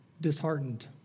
disheartened